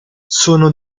sono